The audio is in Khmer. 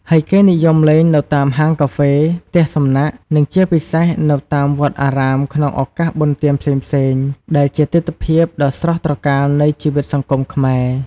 ហើយគេនិយមលេងនៅតាមហាងកាហ្វេ ផ្ទះសំណាក់ និងជាពិសេសនៅតាមវត្តអារាមក្នុងឱកាសបុណ្យទានផ្សេងៗ ដែលជាទិដ្ឋភាពដ៏ស្រស់ត្រកាលនៃជីវិតសង្គមខ្មែរ។